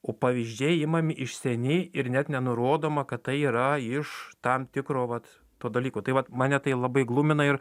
o pavyzdžiai imami iš seniai ir net nenurodoma kad tai yra iš tam tikro vat to dalyko tai vat mane tai labai glumina ir